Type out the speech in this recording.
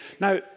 now